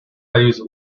use